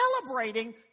celebrating